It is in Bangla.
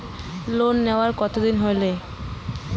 লোন নেওয়ার কতদিন হইল?